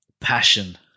passion